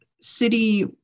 city